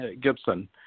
Gibson